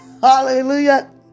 Hallelujah